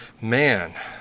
man